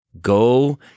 Go